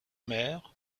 mer